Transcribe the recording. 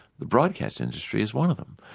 the broadcast industry is one of them.